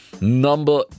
number